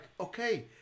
okay